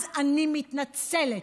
אז אני מתנצלת.